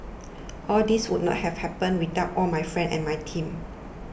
all this would not have happened without all my friends and my team